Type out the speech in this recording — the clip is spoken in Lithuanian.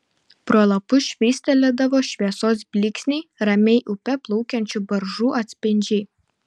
pro lapus švystelėdavo šviesos blyksniai ramiai upe plaukiančių baržų atspindžiai